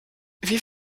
wie